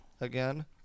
again